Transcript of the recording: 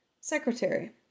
secretary